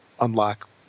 unlock